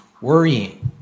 worrying